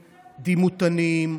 דימותנים,